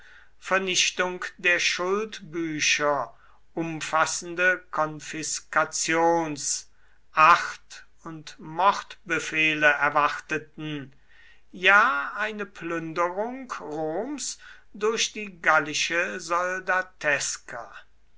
vernichtung der schuldbücher umfassende konfiskations acht und mordbefehle erwarteten ja eine plünderung roms durch die gallische soldateska